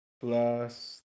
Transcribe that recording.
plus